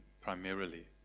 primarily